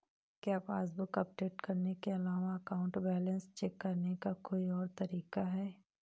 क्या passbook update करने के अलावा अकाउंट बैलेंस चेक करने का कोई और तरीका है?